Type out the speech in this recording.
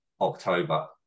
october